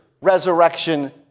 resurrection